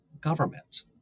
government